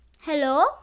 hello